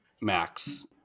Max